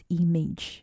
image